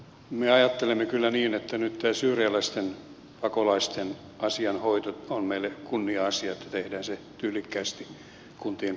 me ajattelemme kyllä niin että nyt syyrialaisten pakolaisten asian hoito on meille kunnia asia että tehdään se tyylikkäästi kuntien kanssa hyvässä yhteistyössä